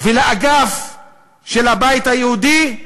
ולאגף של הבית היהודי,